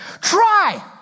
Try